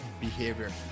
behavior